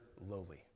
lowly